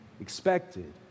expected